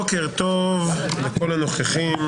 בוקר טוב לכל הנוכחים.